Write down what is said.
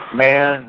man